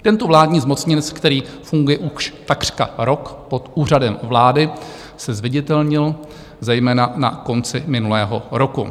Tento vládní zmocněnec, který funguje už takřka rok pod Úřadem vlády, se zviditelnil zejména na konci minulého roku.